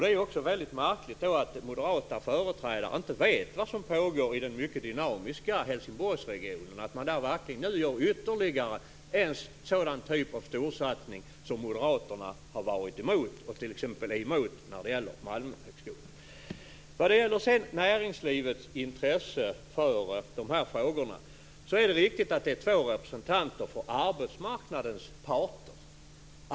Det är också väldigt märkligt att moderata företrädare inte vet vad som pågår i den mycket dynamiska Helsingborgsregionen, att man där nu gör ytterligare en sådan storsatsning som moderaterna har varit emot och t.ex. är emot när de gäller Malmö högskola. Vad gäller näringslivets intresse för de här frågorna är det riktigt att det finns två representanter för arbetsmarknadens parter.